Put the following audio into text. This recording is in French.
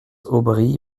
aubry